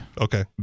Okay